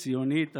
הציונית,